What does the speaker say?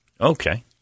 Okay